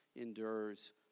endures